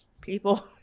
people